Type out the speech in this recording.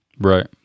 right